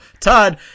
Todd